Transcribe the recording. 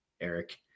Eric